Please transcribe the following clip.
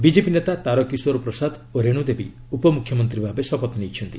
BJP ନେତା ତାରକିଶୋର ପ୍ରସାଦ ଓ ରେଣୁ ଦେବୀ ଉପମୁଖ୍ୟମନ୍ତ୍ରୀ ଭାବେ ଶପଥ ନେଇଛନ୍ତି